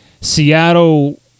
Seattle